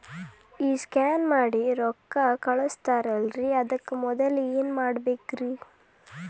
ಈ ಸ್ಕ್ಯಾನ್ ಮಾಡಿ ರೊಕ್ಕ ಕಳಸ್ತಾರಲ್ರಿ ಅದಕ್ಕೆ ಮೊದಲ ಏನ್ ಮಾಡ್ಬೇಕ್ರಿ?